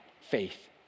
faith